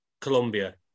Colombia